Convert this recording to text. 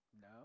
no